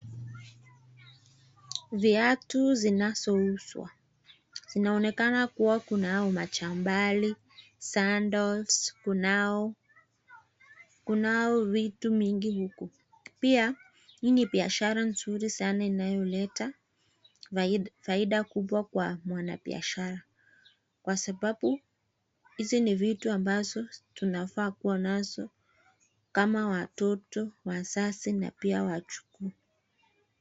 Viatu zinazouzwa, zinaonekana kuwa kuna machampali, (sandals) kunao vitu mingi, pia hii ni biashara nzuri sana inayoleta faida kubwa kwa mwana biashara. Kwa sababu hizi ni vitu ambazo tunafaa kuwa nazo kama watoto, wazazi na pia wajukuu.